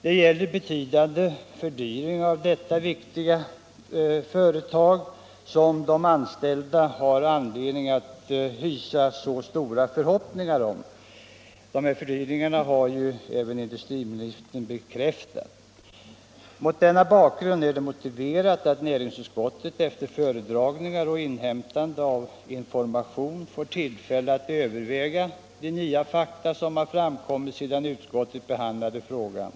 Det gäller betydande fördyringar av detta viktiga företag, som de anställda har anledning att hysa så stora förhoppningar om. Dessa fördyringar har även industriministern bekräftat. Mot denna bakgrund är det motiverat att näringsutskottet efter föredragningar och inhämtande av information får tillfälle att överväga de nya fakta som har framkommit sedan utskottet behandlade frågan.